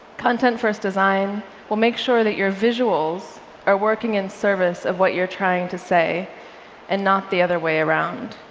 content first design will make sure that your visuals are working in service of what you're trying to say and not the other way around.